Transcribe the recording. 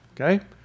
Okay